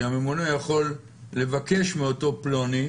שהממונה יכול לבקש מאותו פלוני